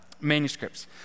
manuscripts